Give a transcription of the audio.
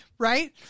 Right